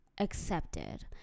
accepted